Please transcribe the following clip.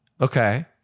Okay